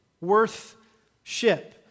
worth-ship